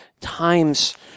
times